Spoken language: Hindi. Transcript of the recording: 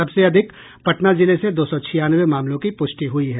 सबसे अधिक पटना जिले से दो सौ छियानवे मामलों की पुष्टि हुई है